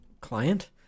Client